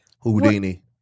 Houdini